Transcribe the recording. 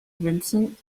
vincent